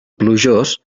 plujós